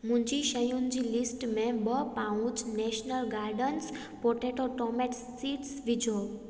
मुंहिंजी शयुनि जी लिस्ट में ॿ pouch national gardens potato tomatoes seeds विझो